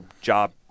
job